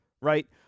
right